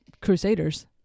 crusaders